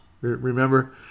remember